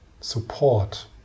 support